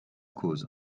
cause